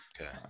Okay